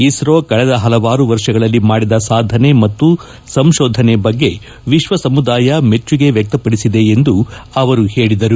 ಇಸ್ತೋ ಕಳೆದ ಪಲವಾರು ವರ್ಷಗಳಲ್ಲಿ ಮಾಡಿದ ಸಾಧನೆ ಮತ್ತು ಸಂಶೋಧನೆ ಬಗ್ಗೆ ವಿಶ್ವ ಸಮುದಾಯ ಮೆಟ್ಟುಗೆ ವ್ವಕಪಡಿಸಿದೆ ಎಂದು ಅವರು ಹೇಳದರು